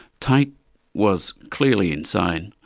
tait was clearly insane,